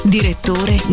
Direttore